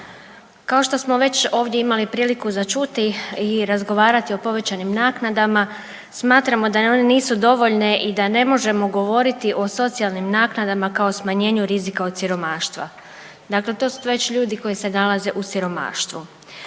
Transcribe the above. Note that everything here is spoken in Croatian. kao što smo već imali prilike ovdje za čuti i razgovarati o povećanim naknadama smatramo da one nisu dovoljne i da ne možemo govoriti o socijalnim naknadama kao smanjenju rizika od siromaštva. Dakle, to su već ljudi koji se nalaze u siromaštvu.